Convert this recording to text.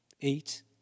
eat